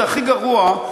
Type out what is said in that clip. והכי גרוע,